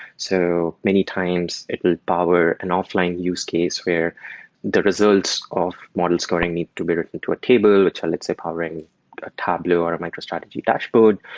so many times, it will power an offline use case where the results of model scoring need to be written to a table, which let's say powering ah tableau or a micro-strategy dashboard,